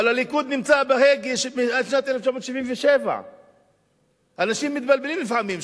אבל הליכוד נמצא ליד ההגה מאז שנת 1977. אנשים מתבלבלים לפעמים,